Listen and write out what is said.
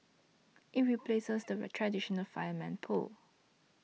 it replaces the traditional fireman's pole